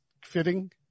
fitting